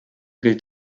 gilt